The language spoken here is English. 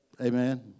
Amen